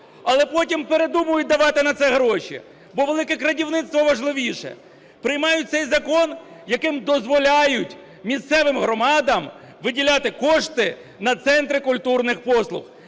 Але потім передумують давати на це гроші, бо "велике крадівництво" важливіше. Приймають цей закон, яким дозволяють місцевим громадам виділяти кошти на центри культурних послуг.